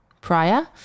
prior